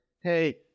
hey